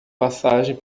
passagem